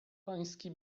pański